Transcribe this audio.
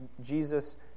Jesus